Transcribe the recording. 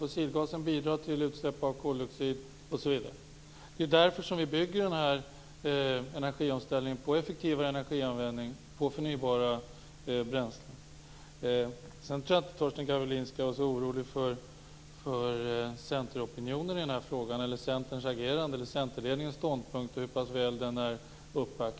Fossilgasen bidrar till utsläpp av koldioxid osv. Det är därför som vi bygger energiomställningen på effektivare energianvändning och på förnybara bränslen. Jag tycker vidare inte att Torsten Gavelin skall vara så orolig för centeropinionen, för Centerns agerande och för hur pass väl centerledningens ståndpunkter är uppbackade i den här frågan.